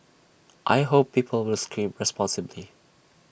I hope people will scream responsibly